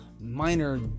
minor